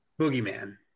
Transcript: Boogeyman